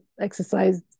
exercise